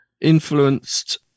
influenced